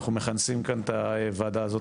אנחנו מכנסים כאן את הוועדה הזאת,